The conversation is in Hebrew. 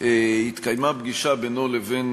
התקיימה פגישה בינו לבין